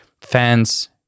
fans